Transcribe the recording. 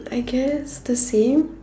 I guess the same